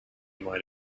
might